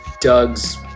Doug's